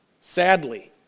Sadly